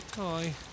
Aye